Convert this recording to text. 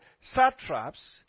satraps